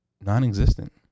non-existent